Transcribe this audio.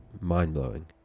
mind-blowing